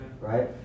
right